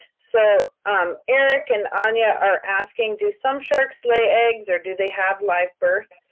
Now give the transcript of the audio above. so, um eric and anya are asking, do some sharks lay eggs or do they have live birth?